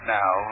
now